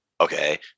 okay